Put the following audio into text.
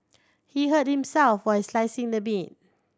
he hurt himself while slicing the meat